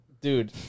Dude